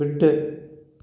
விட்டு